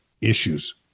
issues